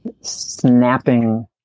snapping